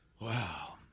Wow